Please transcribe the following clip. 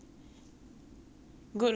guys need to learn how to do that